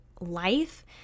life